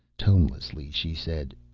tonelessly she said,